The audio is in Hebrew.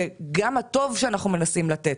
גם הטוב שאנחנו מנסים לתת,